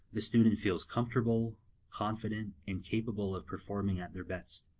the student feels comfortable confident, and capable of performing at their best.